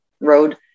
road